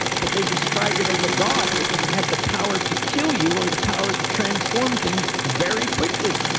but they described it as a god, because it had the power to kill you or the power to transform things very quickly